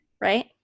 right